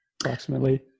approximately